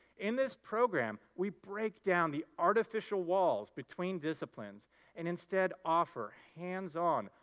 in this program, we break down the artificial walls between disciplines and, instead, offer hands-on,